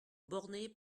bornées